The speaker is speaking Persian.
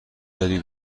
داری